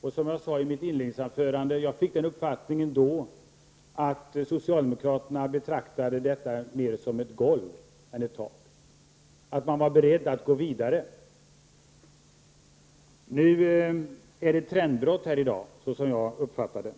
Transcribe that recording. och som jag sade i mitt inledningsanförande fick jag då uppfattningen att socialdemokraterna betraktade det målet mer som ett golv än ett tak, att de var beredda att gå vidare. Nu är det ett trendbrott här i dag, såsom jag har uppfattat det.